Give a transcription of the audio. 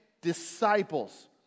disciples